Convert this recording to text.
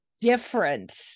different